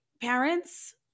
parents